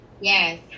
Yes